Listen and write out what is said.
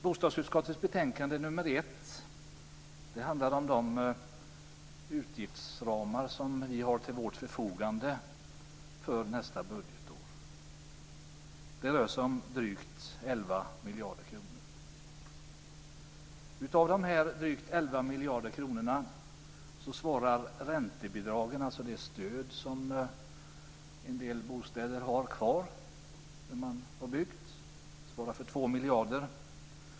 Bostadsutskottets betänkande nr 1 handlar om de utgiftsramar som vi har till vårt förfogande för nästa budgetår. Det rör sig om drygt 11 miljarder kronor. Av dessa drygt 11 miljarder kronor svarar räntebidragen, dvs. det stöd som en del bostäder fortfarande får, för 2 miljarder.